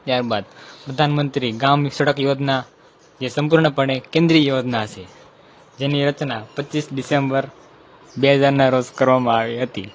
ત્યાર બાદ પ્રધાનમંત્રી ગામ સડક યોજના જે સંપૂર્ણપણે કેન્દ્રીય યોજના છે જેની રચના પચીસ ડિસેમ્બર બે હજારના રોજ કરવામાં આવી હતી